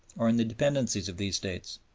or in the dependencies of these states,